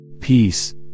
Peace